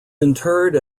interred